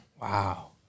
Wow